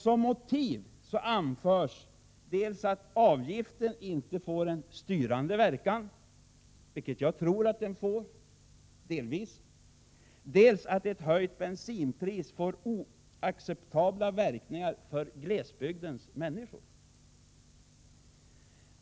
Som motiv anförs dels att avgiften inte får en styrande verkan, vilket jag tror att den får — delvis —, dels att ett höjt bensinpris får oacceptabla verkningar för glesbygdens människor.